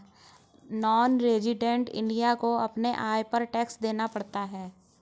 non resident Indian को अपने आय पर टैक्स देना पड़ता है